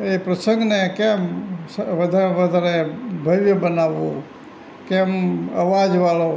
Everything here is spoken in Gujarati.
એ પ્રસંગને કેમ વધારેમાં વધારે ભવ્ય બનાવવો કેમ અવાજવાળો